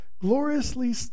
gloriously